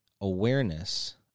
awareness